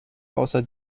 außer